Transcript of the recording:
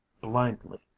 blindly